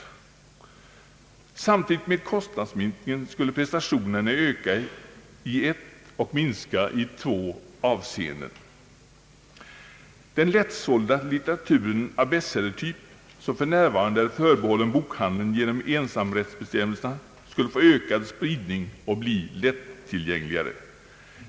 Samtidigt med kostnadsminskningen skulle prestationerna öka i ett och minska i två avseenden. Den lättsålda litteraturen av bestsellertyp som f.n. är förbehållen bokhandeln genom ensamrättsbestämmelserna skulle få ökad spridning och bli lättillgängligare.